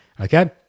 Okay